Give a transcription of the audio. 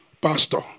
Pastor